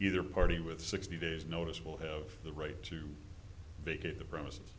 either party with sixty days notice will have the right to vacate the premises